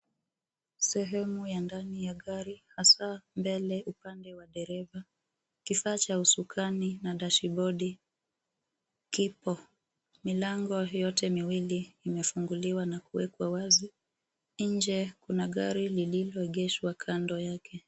Sehemu ya ndani ya gari hasa mbele upande wa dereva. Kifaa cha usukani na dashibodi kipo. Milango yote miwili imefunguliwa na kuekwa wazi, nje kuna gari lililoegeshwa kando yake.